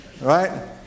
Right